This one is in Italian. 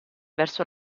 verso